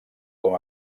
com